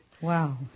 Wow